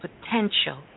potential